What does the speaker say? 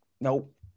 Nope